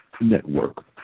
Network